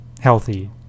healthy